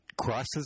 Crosses